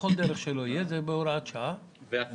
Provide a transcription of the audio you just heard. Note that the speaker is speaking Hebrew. בכל דרך שלא תהיה, זה בהוראת שעה לשנתיים.